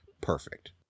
perfect